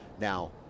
now